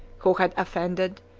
who had offended,